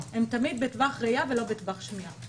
- הם תמיד בטווח ראייה ולא בטווח שמיעה.